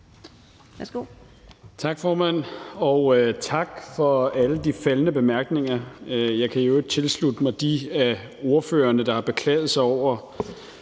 Tak, formand, og tak for alle de faldne bemærkninger. Jeg kan i øvrigt tilslutte mig de af ordførerne, der har beklaget sig over